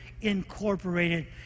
Incorporated